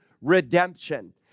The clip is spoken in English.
redemption